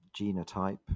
genotype